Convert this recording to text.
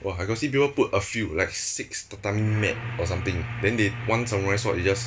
!wah! I got see people put a few like six tatami mat or something then they one samurai sword they just